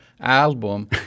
album